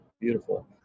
beautiful